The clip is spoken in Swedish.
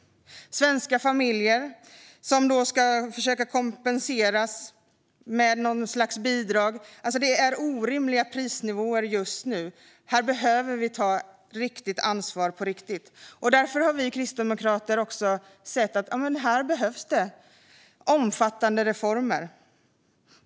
Svenska familjer ska kompenseras med något slags bidrag, men det är orimliga prisnivåer just nu och vi behöver ta ansvar på riktigt. Därför menar vi kristdemokrater att det behövs omfattande reformer.